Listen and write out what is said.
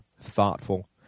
thoughtful